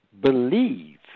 believe